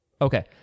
Okay